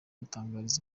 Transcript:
gutangariza